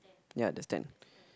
ya that's ten